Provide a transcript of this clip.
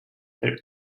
their